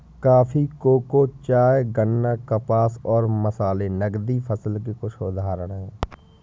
coffee, cocoa, चाय, गन्ना, कपास और मसाले नकदी फसल के कुछ उदाहरण हैं